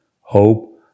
hope